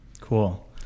Cool